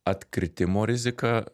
atkritimo rizika